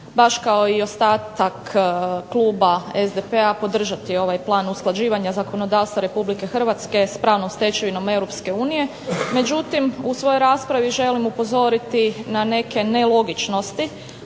baš kao i ostatak kluba SDP-a podržati ovaj plan usklađivanja zakonodavstva RH s pravnom stečevinom EU. Međutim, u svojoj raspravi želim upozoriti na neke nelogičnosti,